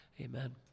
Amen